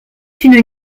une